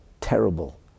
terrible